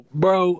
bro